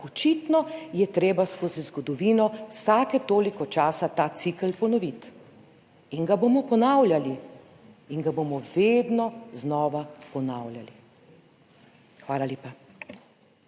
očitno je treba skozi zgodovino vsake toliko časa ta cikel ponoviti in ga bomo ponavljali in ga bomo vedno znova ponavljali. Hvala lepa.